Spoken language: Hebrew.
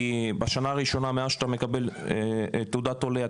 כי בשנה הראשונה מאז שאתה מקבל תעודות עולה,